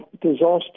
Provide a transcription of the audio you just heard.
disaster